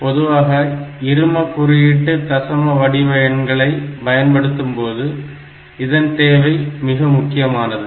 பொதுவாக இரும குறியீட்டு தசமவடிவ எண்களை பயன்படுத்தும்போது இதன் தேவை மிக முக்கியமானது